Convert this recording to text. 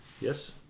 yes